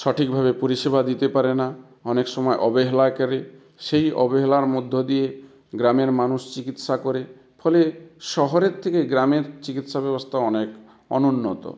সঠিকভাবে পরিষেবা দিতে পারে না অনেক সময় অবহেলা করে সেই অবহেলার মধ্য দিয়ে গ্রামের মানুষ চিকিৎসা করে ফলে শহরের থেকে গ্রামে চিকিৎসা ব্যবস্থা অনেক অনুন্নত